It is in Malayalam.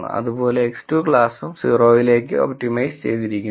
അതുപോലെ X2 ക്ളാസും 0 ലേക്ക് ഒപ്റ്റിമൈസ് ചെയ്തിരിക്കുന്നു